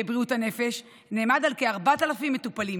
בבריאות הנפש, נאמד בכ-4,000 מטופלים